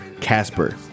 Casper